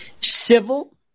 civil